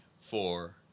four